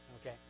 Okay